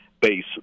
base